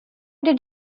did